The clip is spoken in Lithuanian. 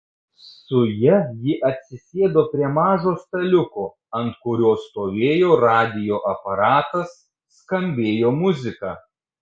su ja ji atsisėdo prie mažo staliuko ant kurio stovėjo radijo aparatas skambėjo muzika